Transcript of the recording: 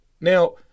Now